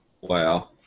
Wow